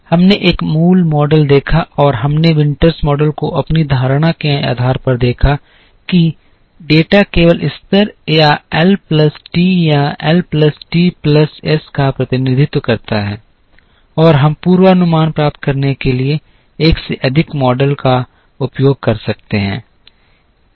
हमने एक मूल मॉडल देखा और हमने विंटर्स मॉडल को अपनी धारणा के आधार पर देखा कि डेटा केवल स्तर या एल प्लस टी या L plus T plus S का प्रतिनिधित्व करता है और हम पूर्वानुमान प्राप्त करने के लिए एक से अधिक मॉडल का उपयोग कर सकते हैं